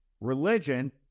religion